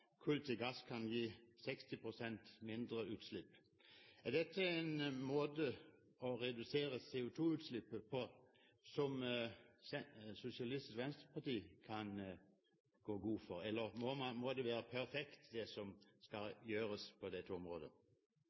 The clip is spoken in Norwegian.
kull til gass, kan gi 60 pst. mindre utslipp. Er dette en måte å redusere CO2-utslippet på som Sosialistisk Venstreparti kan gå god for? Eller må det som skal gjøres på dette området,